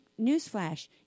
newsflash